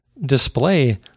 display